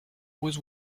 was